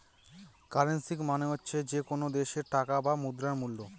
currency মানে হচ্ছে যে কোনো দেশের টাকা বা মুদ্রার মুল্য